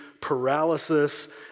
paralysis